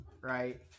right